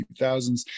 2000s